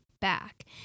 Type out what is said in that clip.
back